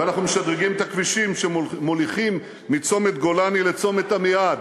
ואנחנו משדרגים את הכבישים שמוליכים מצומת גולני לצומת עמיעד.